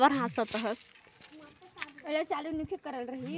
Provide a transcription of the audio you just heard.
किसान मन सरलग अपन फसिल कर संकेला जतन में बड़िहा लगे रहथें